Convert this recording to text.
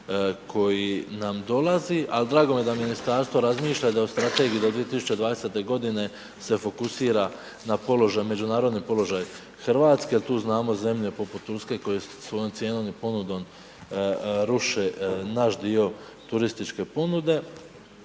koji nam dolazi. A drago mi je da ministarstvo razmišlja da u strategiji do 2020. godine se fokusira na položaj, međunarodni položaj Hrvatske jer tu znamo zemlje poput Turske koje svojom cijenom i ponudom ruše naš dio turističke ponude.